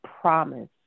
promise